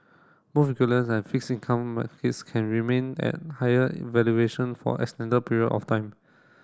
both and fixed income markets can remain at higher valuation for extended period of time